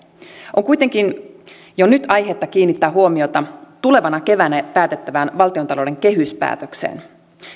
on kuitenkin jo nyt aihetta kiinnittää huomiota tulevana keväänä päätettävään valtiontalouden kehyspäätökseen